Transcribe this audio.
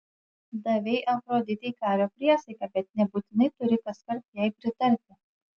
davei afroditei kario priesaiką bet nebūtinai turi kaskart jai pritarti